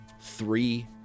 three